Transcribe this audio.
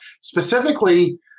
specifically